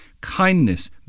kindness